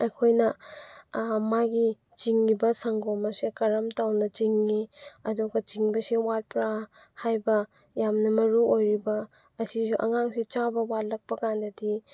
ꯑꯩꯈꯣꯏꯅ ꯃꯥꯒꯤ ꯆꯤꯡꯉꯤꯕ ꯁꯪꯒꯣꯝ ꯑꯁꯦ ꯀꯔꯝ ꯇꯧꯅ ꯆꯤꯡꯉꯤ ꯑꯗꯨꯒ ꯆꯤꯡꯕꯁꯦ ꯋꯥꯠꯄ꯭ꯔꯥ ꯍꯥꯏꯕ ꯌꯥꯝꯅ ꯃꯔꯨꯑꯣꯏꯔꯤꯕ ꯑꯁꯤꯁꯨ ꯑꯉꯥꯡꯁꯦ ꯆꯥꯕ ꯋꯥꯠꯂꯛꯄ ꯀꯥꯟꯗꯗꯤ